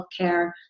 healthcare